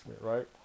right